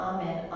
Amen